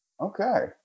Okay